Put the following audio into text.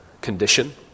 condition